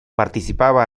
participaba